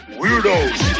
weirdos